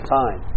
time